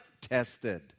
tested